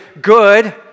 good